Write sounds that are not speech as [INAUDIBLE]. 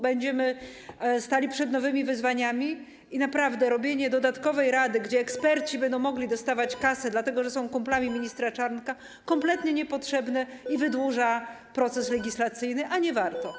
Będziemy stali przed nowymi wyzwaniami i naprawdę robienie dodatkowej rady, [NOISE] gdzie eksperci będą mogli dostawać kasę, dlatego że są kumplami ministra Czarnka, jest kompletnie niepotrzebne i wydłuża proces legislacyjny, a nie warto.